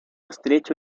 estrecho